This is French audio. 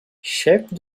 chef